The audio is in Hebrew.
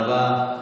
תודה רבה.